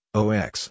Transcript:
ox